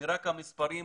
קלאסי.